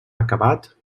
acabat